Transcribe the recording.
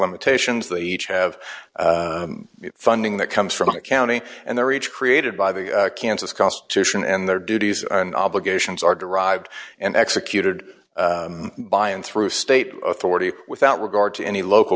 limitations they each have funding that comes from a county and they reach created by the kansas constitution and their duties and obligations are derived and executed by and through state authority without regard to any local